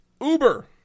Uber